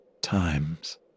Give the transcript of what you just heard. times